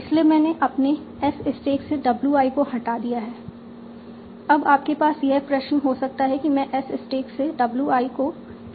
इसलिए मैंने अपने S स्टैक से w i को हटा दिया है अब आपके पास यह प्रश्न हो सकता है कि मैं S स्टैक से w i को क्यों हटा रहा हूं